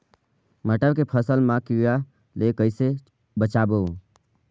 मटर के फसल मा कीड़ा ले कइसे बचाबो?